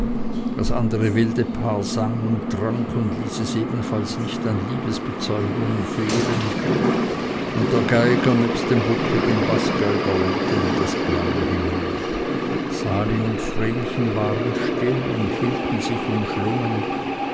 das andere wilde paar sang und trank und ließ es ebenfalls nicht an liebesbezeugungen fehlen und der geiger nebst dem buckligen baßgeiger lärmten ins blaue hinein sali und vrenchen waren still und hielten sich umschlungen